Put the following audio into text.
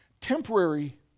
Temporary